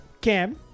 Cam